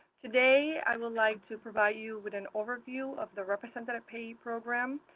today, i would like to provide you with an overview of the representative payee program.